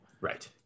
Right